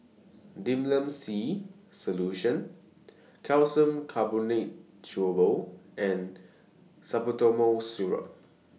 Difflam C Solution Calcium Carbonate Chewable and Salbutamol Syrup